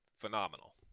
phenomenal